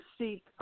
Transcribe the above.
seek